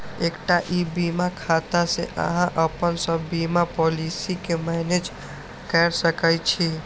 एकटा ई बीमा खाता सं अहां अपन सब बीमा पॉलिसी कें मैनेज कैर सकै छी